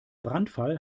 brandfall